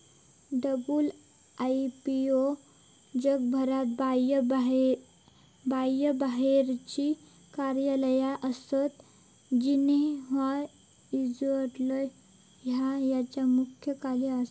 WIPO जगभरात बाह्यबाहेरची कार्यालया आसत, जिनेव्हा, स्वित्झर्लंड हय त्यांचा मुख्यालय आसा